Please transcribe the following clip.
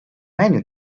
menu